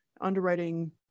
underwriting